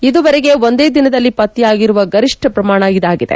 ಇದುವರೆಗೆ ಒಂದೇ ದಿನಲದಲ್ಲಿ ಪತ್ತೆಯಾಗಿರುವ ಗರಿಷ್ಣ ಪ್ರಮಾಣ ಇದಾಗಿದೆ